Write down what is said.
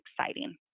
exciting